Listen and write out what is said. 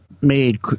made